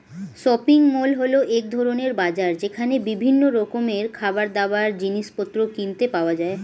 shopping mall হল এক ধরণের বাজার যেখানে বিভিন্ন রকমের খাবারদাবার, জিনিসপত্র কিনতে পাওয়া যায়